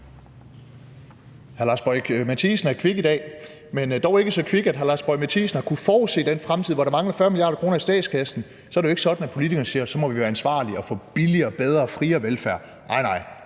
Hr. Lars Boje Mathiesen er kvik i dag, men dog ikke så kvik, at hr. Lars Boje Mathiesen har kunnet forudse den fremtid, hvor der mangler 40 mia. kr. i statskassen. Så er det jo ikke sådan, at politikerne siger: Så må vi være ansvarlige og få billigere, bedre og friere velfærd. Nej, nej!